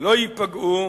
לא ייפגעו